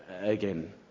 again